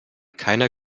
keiner